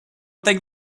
take